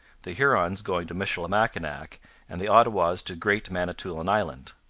the hurons going to michilimackinac and the ottawas to great manitoulin island.